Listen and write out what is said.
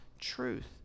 truth